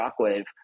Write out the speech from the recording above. Shockwave